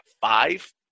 five